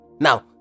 now